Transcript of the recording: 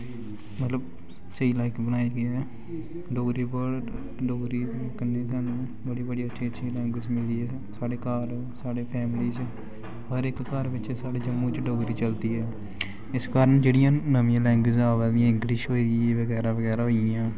मतलब स्हेई लाईक बनाया गेआ ऐ डोगरी ते कन्नै कन्नै सानूं बड़ी बड़ी अच्छी लैंग्वेज़ मिली ऐ साढ़े घर साढ़े फैमली च हर इक घर बिच्च साढ़े जम्मू च डोगरी चलदी ऐ इस कारन जेह्ड़ियां नमियां लैंग्वेज़ां आवा दियां इंग्लिश होई गेई बगैरा बगैरा होई गेइयां